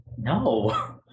No